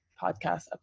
podcast